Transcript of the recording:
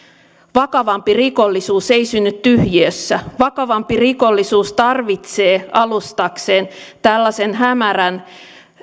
vakavampi rikollisuus ei synny tyhjiössä vakavampi rikollisuus tarvitsee alustakseen tällaisen hämärän